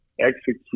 execute